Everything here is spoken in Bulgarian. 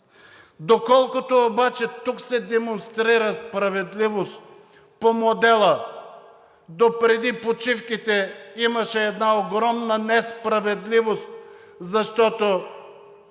Доколкото обаче тук се демонстрира справедливост по модела допреди почивките, имаше една огромна несправедливост, защото